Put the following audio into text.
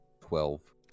Twelve